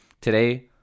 today